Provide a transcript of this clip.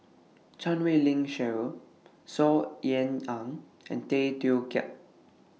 Chan Wei Ling Cheryl Saw Ean Ang and Tay Teow Kiat